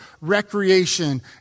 recreation